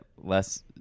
less